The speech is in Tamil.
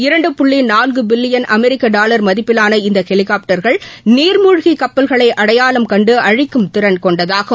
இரண்டு புள்ளி நான்கு பில்லியன் அமெரிக்க டாலர் மதிப்பிவான இந்த ஹெலிகாப்டர்கள் நீர்மூழ்கி கப்பல்களை அடையாளம் கண்டு அழிக்கும் திறன் கொண்டதாகும்